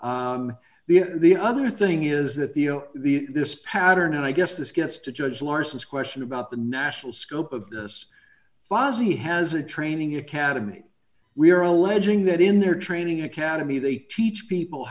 gems the the other thing is that the the this pattern and i guess this gets to judge larson's question about the national scope of this was he has a training academy we are alleging that in their training academy they teach people